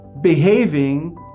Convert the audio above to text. behaving